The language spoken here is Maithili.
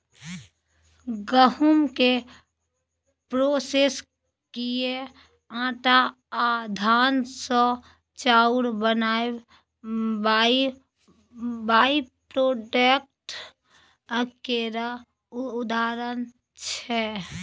गहुँम केँ प्रोसेस कए आँटा आ धान सँ चाउर बनाएब बाइप्रोडक्ट केर उदाहरण छै